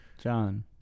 John